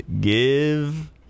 Give